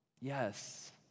Yes